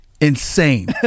insane